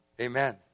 Amen